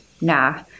Nah